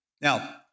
Now